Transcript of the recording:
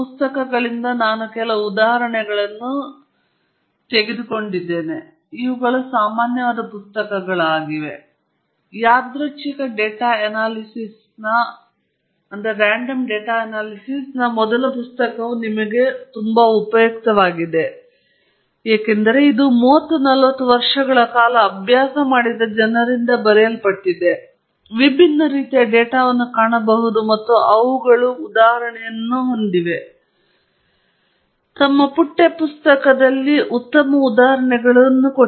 ಈ ಪುಸ್ತಕಗಳಿಂದ ನಾನು ಕೆಲವು ಉದಾಹರಣೆಗಳನ್ನು ಮತ್ತು ಕೆಲವು ವಸ್ತುಗಳನ್ನು ತೆಗೆದುಕೊಂಡಿದ್ದೇನೆ ಇವುಗಳು ಸಾಮಾನ್ಯವಾದ ಪುಸ್ತಕಗಳಾಗಿವೆ ಯಾದೃಚ್ಛಿಕ ಡೇಟಾ ಅನಾಲಿಸಿಸ್ನ ಮೊದಲ ಪುಸ್ತಕವು ನಿಮಗೆ ತುಂಬಾ ಉಪಯುಕ್ತವಾಗಿದೆ ಏಕೆಂದರೆ ಇದು 30 40 ವರ್ಷಗಳ ಕಾಲ ಅಭ್ಯಾಸ ಮಾಡಿದ ಜನರಿಂದ ಬರೆಯಲ್ಪಟ್ಟಿದೆ ವಿಭಿನ್ನ ರೀತಿಯ ಡೇಟಾವನ್ನು ಕಾಣಬಹುದು ಮತ್ತು ಅವುಗಳು ಉದಾಹರಣೆಗಳನ್ನು ಹೊಂದಿವೆ ತಮ್ಮ ಪಠ್ಯ ಪುಸ್ತಕಗಳಲ್ಲಿ ಉತ್ತಮ ಉದಾಹರಣೆಗಳು